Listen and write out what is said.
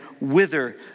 wither